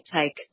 take